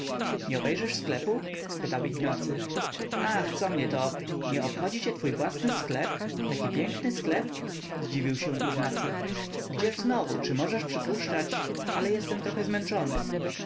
nie obejrzysz sklepu spytał ignacy ach co mnie to ob nie obchodzi cię twój własny sklep taki piękny sklep zdziwił się ignacy gdzież znowu czy możesz przypuszczać ale jestem trochę zmęczony